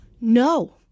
No